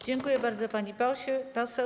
Dziękuję bardzo, pani poseł.